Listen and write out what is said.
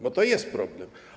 Bo to jest problem.